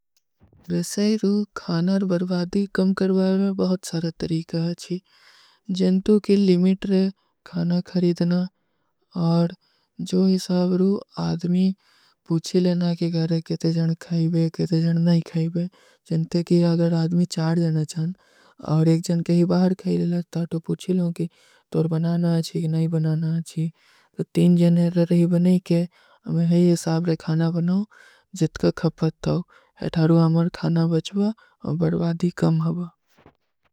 ଵିଶାଈରୂ ଖାନାର ବର୍ବାଦୀ କମ କରଵାଈ ମେଂ ବହୁତ ସାରା ତରୀକା ହୈ ଜିନ୍ଟୂ କୀ ଲିମିଟ ରେ ଖାନା ଖରୀଦନା ଔର ଜୋ ଇସାଵରୂ ଆଦମୀ ପୂଛୀ ଲେନା କୀ ଗାରେ କେଟେ ଜନ ଖାଈବେ କେଟେ ଜନ ନହୀଂ ଖାଈବେ ଜନତେ କୀ ଅଗର ଆଦମୀ ଚାଡ ଜନ ଚାନ ଔର ଏକ ଜନ କହୀ ବାହର କହୀ ଲଗତା ତୋ ପୂଛୀ ଲୋଂ କୀ ତୋର ବନାନା ଆଜୀ କୀ ନହୀଂ ବନାନା ଆଜୀ ତୋ ତୀନ ଜନ ହୈ ରହୀ ବନାଈ କେ ହମେଂ ହୈ ଇସାଵରେ ଖାନା ବନାଓ ଜିତକା ଖପତ ତାଓ ହୈ ଥାରୂ ଆମର ଖାନା ବଚଵା ବର୍ବାଦୀ କମ ହଵା।